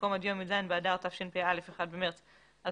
במקום "עד יום י"ז באדר התשפ"א (1 במרץ 2021)"